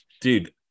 Dude